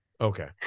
Okay